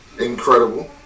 incredible